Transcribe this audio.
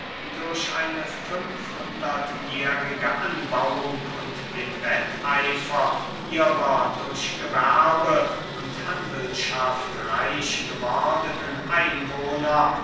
durch eine fünfhundertjährige anbauung und den wetteifer ihrer durch gewerbe und handelschaft reich gewordenen einwohner